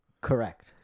Correct